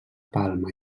palma